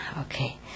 okay